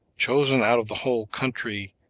chosen out of the whole country,